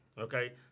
Okay